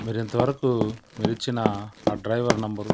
మీరింతవరకు మీరిచ్చిన ఆ డ్రైవర్ నెంబరు